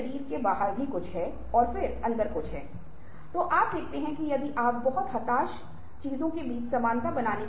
इसलिए जब भी कोई लॉक हो तो कुछ कुंजी होनी चाहिए मतलब समस्या का कोई न कोई समाधान अवश्य होना चाहिए